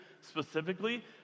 specifically